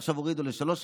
עכשיו הורידו לשלושה,